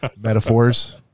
metaphors